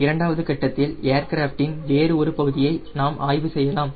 இரண்டாவது கட்டத்தில் ஏர்கிராஃப்டின் வேறு ஒரு பகுதியை நாம் ஆய்வு செய்யலாம்